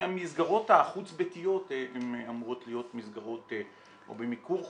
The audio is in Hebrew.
והמסגרות החוץ-ביתיות אמורות להיות מסגרות או במיקור חוץ,